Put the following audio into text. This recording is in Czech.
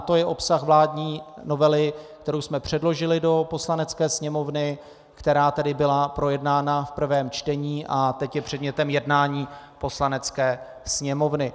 To je obsah vládní novely, kterou jsme předložili do Poslanecké sněmovny, která tedy byla projednána v prvém čtení a teď je předmětem jednání Poslanecké sněmovny.